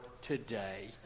today